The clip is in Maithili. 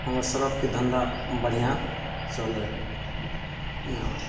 हमरा सर्फके धन्धा बढ़िआँ चलय हइ यहाँ